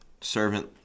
servant